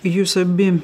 jūs abi